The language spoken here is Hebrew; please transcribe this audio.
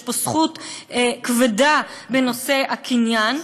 יש פה זכות כבדה בנושא הקניין.